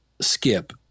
skip